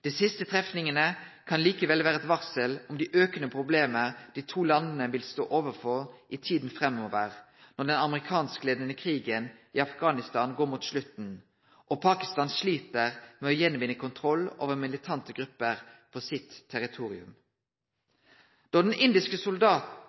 Dei siste trefningane kan likevel vere eit varsel om dei aukande problema dei to landa vil stå overfor i tida framover når den amerikansk-leia krigen i Afghanistan går mot slutten og Pakistan slit med å vinne att kontroll over militante grupper på sitt territorium. Da to indiske